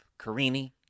Karini